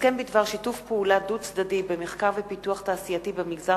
הסכם בדבר שיתוף פעולה דו-צדדי במחקר ופיתוח תעשייתי במגזר